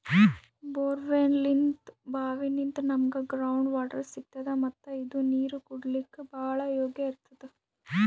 ಬೋರ್ವೆಲ್ನಿಂತ್ ಭಾವಿನಿಂತ್ ನಮ್ಗ್ ground water ಸಿಗ್ತದ ಮತ್ತ್ ಇದು ನೀರ್ ಕುಡ್ಲಿಕ್ಕ್ ಭಾಳ್ ಯೋಗ್ಯ್ ಇರ್ತದ್